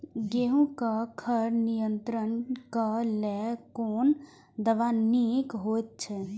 गेहूँ क खर नियंत्रण क लेल कोन दवा निक होयत अछि?